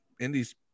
Indy's